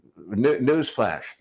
newsflash